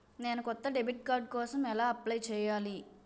నేను కొత్త debit card కోసం ఎలా అప్లయ్ చేయాలి?